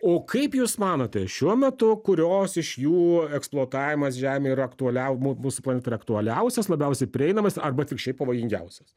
o kaip jūs manote šiuo metu kurios iš jų eksploatavimas žemei yra aktualiau mu mus planetai yra aktualiausias labiausiai prieinamas arba atvirkščiai pavojingiausias